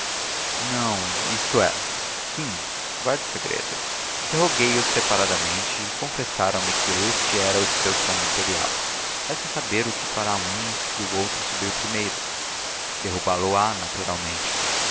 não isto é sim guarde segredo interroguei os separadamente confessaram me que este era o seu sonho imperial resta saber o que fará um se o outro subir primeiro derrubá lo á naturalmente